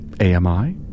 AMI